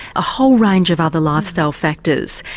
a whole range of other lifestyle factors,